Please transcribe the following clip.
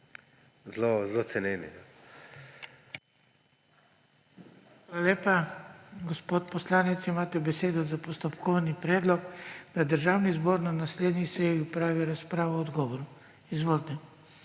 BRANKO SIMONOVIČ: Hvala lepa. Gospod poslanec, imate besedo za postopkovni predlog, da Državni zbor na naslednji sejo opravi razpravo o odgovoru. Izvolite.